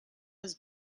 has